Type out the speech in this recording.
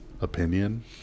opinion